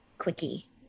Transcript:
Quickie